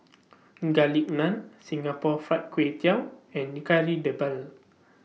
Garlic Naan Singapore Fried Kway Tiao and Kari Debal